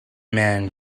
man